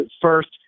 first